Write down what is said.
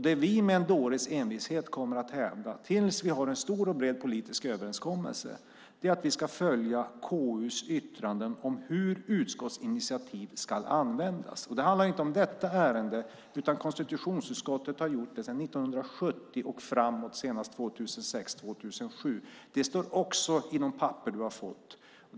Det vi med en dåres envishet kommer att hävda tills vi har en stor och bred politisk överenskommelse är att vi ska följa KU:s yttranden om hur utskottsinitiativ ska användas. Det handlar inte om detta ärende, utan konstitutionsutskottet har gjort sådana yttranden sedan 1970 och framåt, senast 2006/07. Det står också i de papper du har fått, Lena Olsson.